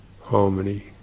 harmony